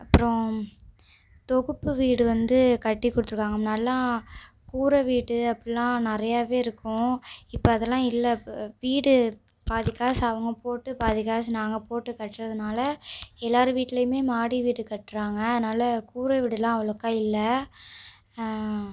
அப்புறோம் தொகுப்பு வீடு வந்து கட்டி கொடுத்துருக்காங்க முன்னாயெடிலா கூரை வீட்டு அப்படிலா நிறையவே இருக்கும் இப்போ அதெலாம் இல்லை வீடு பாதி காசு அவங்க போட்டு பாதி காசு நாங்கள் போட்டு கட்டுறதுனால எல்லோரு வீட்டுலேயுமே மாடி வீடு கட்டுறாங்க அதனால் கூரை வீடுலாம் அவ்வளோக்கா இல்லை